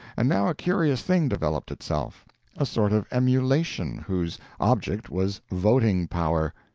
and now a curious thing developed itself a sort of emulation, whose object was voting power!